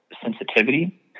sensitivity